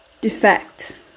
defect